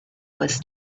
was